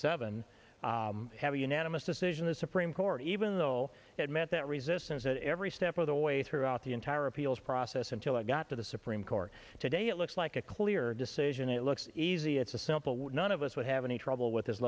seven have a unanimous decision the supreme court even though it meant that resistance every step of the way throughout the entire appeals process until i got to the supreme court today it looks like a clear decision it looks easy it's a simple one none of us would have any trouble with this